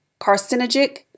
carcinogenic